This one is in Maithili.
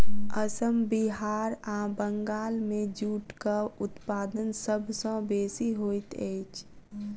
असम बिहार आ बंगाल मे जूटक उत्पादन सभ सॅ बेसी होइत अछि